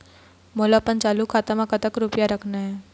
मोला अपन चालू खाता म कतक रूपया रखना हे?